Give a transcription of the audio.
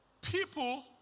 people